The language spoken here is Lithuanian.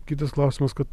kitas klausimas kad